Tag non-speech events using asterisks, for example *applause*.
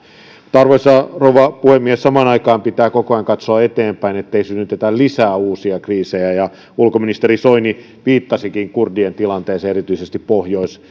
arvoisa rouva puhemies samaan aikaan pitää koko ajan katsoa eteenpäin ettei synnytetä lisää uusia kriisejä ulkoministeri soini viittasikin kurdien tilanteeseen erityisesti pohjois *unintelligible*